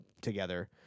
together